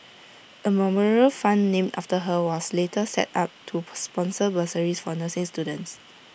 A memorial fund named after her was later set up to per sponsor bursaries for nursing students